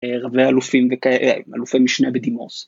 רבי אלופים ואלופי משנה בדימוס.